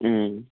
ம்